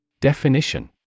Definition